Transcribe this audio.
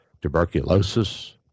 tuberculosis